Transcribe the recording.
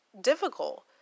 difficult